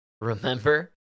remember